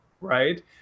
right